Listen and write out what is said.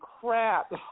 crap